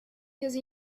cause